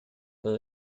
fue